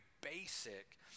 basic